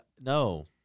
No